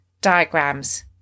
diagrams